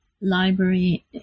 library